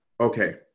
Okay